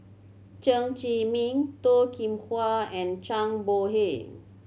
Chen Zhiming Toh Kim Hwa and Zhang Bohe